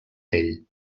tell